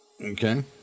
okay